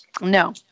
No